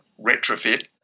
retrofit